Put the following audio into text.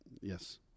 yes